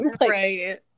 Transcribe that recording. Right